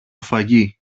φαγί